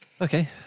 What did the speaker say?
okay